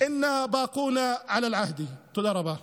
אנו נישאר נאמנים לדרך שלנו.) תודה רבה.